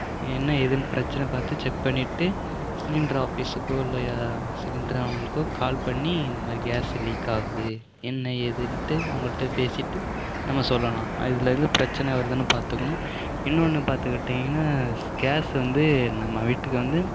என்ன ஏதுனு பிரச்சனை பார்த்து செக் பண்ணிவிட்டு சிலிண்ட்ரு ஆஃபீஸுக்கோ இல்லை சிலிண்ட்ரு அவங்களுக்கோ கால் பண்ணி இந்த மாதிரி கேஸ் லீக் ஆகுது என்ன ஏதுன்ட்டு அவங்கள்கிட்ட பேசிவிட்டு நம்ம சொல்லலாம் அதில் எதுவும் பிரச்சினை வருதான்னு பாத்துக்கணும் இன்னொன்று பார்த்துகிட்டீங்கன்னா கேஸ் வந்து நம்ம வீட்டுக்கு வந்து